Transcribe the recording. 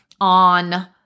on